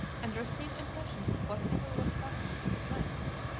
and receive impressions of whatever was passing in the place.